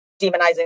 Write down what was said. demonizing